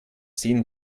sehen